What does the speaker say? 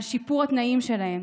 על שיפור התנאים שלהם,